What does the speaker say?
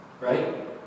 right